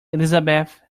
elizabeth